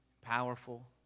Powerful